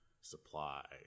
supply